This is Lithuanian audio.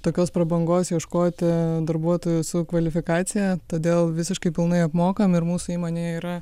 tokios prabangos ieškoti darbuotojų su kvalifikacija todėl visiškai pilnai apmokam ir mūsų įmonėj yra